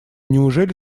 неужели